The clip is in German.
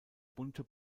bunte